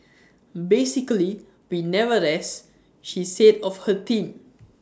basically we never rest she said of her team